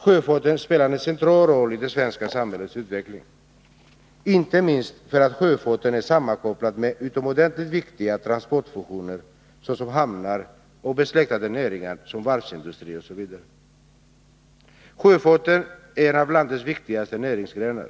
Sjöfarten spelar en central roll i det svenska samhällets utveckling, inte minst därför att sjöfarten är sammankopplad med utomordentligt viktiga transportfunktioner, såsom hamnar, och besläktade näringar, såsom varvsindustri osv. Sjöfarten är en av landets viktigaste näringsgrenar.